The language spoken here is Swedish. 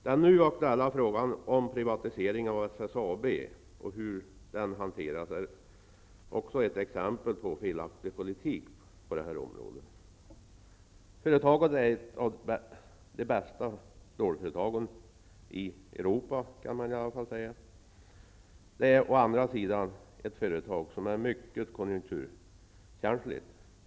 Den nu aktuella frågan om en privatisering av SSAB och hur den hanteras är också ett exempel på felaktig politik på detta område. Företaget är ett av de bästa stålföretagen i Europa. Det är å andra sidan ett företag som är mycket konjunkturkänsligt.